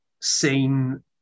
seen